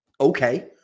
okay